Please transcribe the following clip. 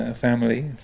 family